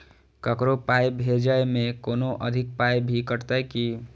ककरो पाय भेजै मे कोनो अधिक पाय भी कटतै की?